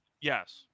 Yes